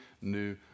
new